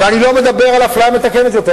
ואני לא מדבר על אפליה מתקנת יותר,